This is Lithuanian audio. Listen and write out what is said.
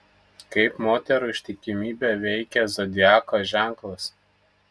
kaip moterų ištikimybę veikia zodiako ženklas